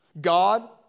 God